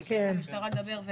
אני אתן למשטרה לדבר.